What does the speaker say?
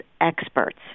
experts